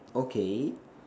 okay